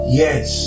yes